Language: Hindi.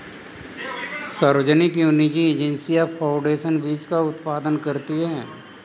सार्वजनिक एवं निजी एजेंसियां फाउंडेशन बीज का उत्पादन करती है